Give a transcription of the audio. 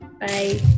Bye